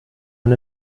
und